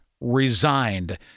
resigned